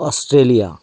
Australia